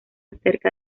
cerca